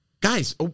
Guys